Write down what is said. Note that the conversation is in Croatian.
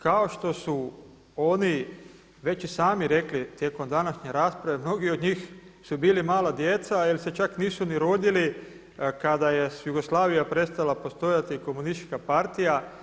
Kao što su oni već i sami rekli tijekom današnje rasprave mnogi od njih su bili mala djeca ili se čak nisu ni rodili kada je Jugoslavija prestala postojati i Komunistička partija.